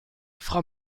frau